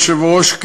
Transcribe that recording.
היושב-ראש,